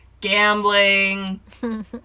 gambling